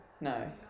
No